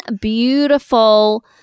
beautiful